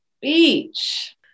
Beach